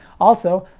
also,